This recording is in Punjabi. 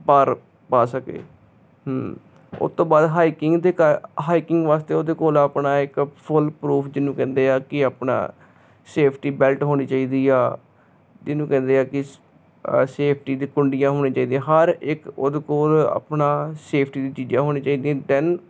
ਭਾਰ ਪਾ ਸਕੇ ਉਸ ਤੋਂ ਬਾਅਦ ਹਾਈਕਿੰਗ ਦੇ ਹਾਈਕਿੰਗ ਵਾਸਤੇ ਉਹਦੇ ਕੋਲ ਆਪਣਾ ਇੱਕ ਫੁੱਲ ਪਰੂਫ ਜਿਹਨੂੰ ਕਹਿੰਦੇ ਆ ਕਿ ਆਪਣਾ ਸੇਫਟੀ ਬੈਲਟ ਹੋਣੀ ਚਾਹੀਦੀ ਆ ਜਿਹਨੂੰ ਕਹਿੰਦੇ ਆ ਕਿ ਸੇਫਟੀ ਦੀ ਕੁੰਡੀਆਂ ਹੋਣੀਆਂ ਚਾਹੀਦੀਆਂ ਹਰ ਇੱਕ ਉਹਦੇ ਕੋਲ ਆਪਣਾ ਸੇਫਟੀ ਚੀਜ਼ਾਂ ਹੋਣੀ ਚਾਹੀਦੀਆਂ ਦੈਨ